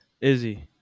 Izzy